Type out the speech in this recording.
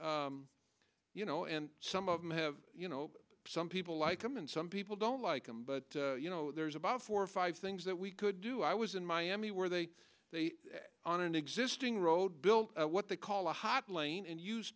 t you know and some of them have you know some people like them and some people don't like them but you know there's about four or five things that we could do i was in miami where they are on an existing road built what they call a hot lane and use